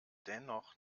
dennoch